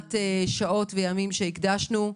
מעט שעות וימים שהקדשנו לכך,